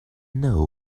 know